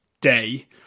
day